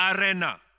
arena